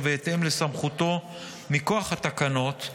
ובהתאם לסמכותו מכוח התקנות,